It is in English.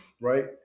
Right